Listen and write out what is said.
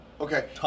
Okay